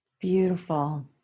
Beautiful